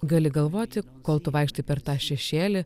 gali galvoti kol tu vaikštai per tą šešėlį